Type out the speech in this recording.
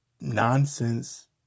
nonsense